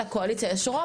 לקואליציה יש רוב,